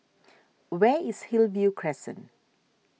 where is Hillview Crescent